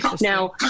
Now